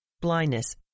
blindness